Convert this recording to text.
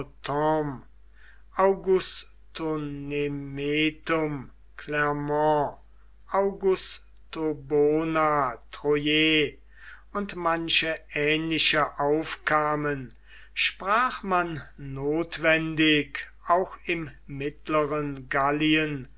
augustobona troyes und manche ähnliche aufkamen sprach man notwendig auch im mittleren gallien